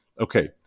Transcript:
okay